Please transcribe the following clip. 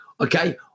okay